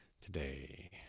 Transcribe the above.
today